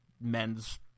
Men's